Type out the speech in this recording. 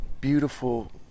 beautiful